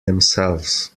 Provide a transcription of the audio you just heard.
themselves